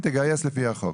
תגייס לפי החוק.